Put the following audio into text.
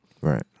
Right